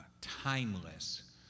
timeless